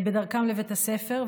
בדרכם לבית הספר.